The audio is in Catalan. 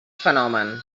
fenomen